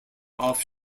off